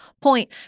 point